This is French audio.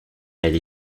elle